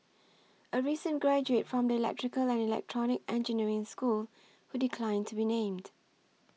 a recent graduate from the electrical and electronic engineering school who declined to be named